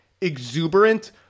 exuberant